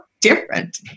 different